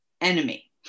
enemy